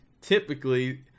typically